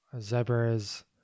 zebras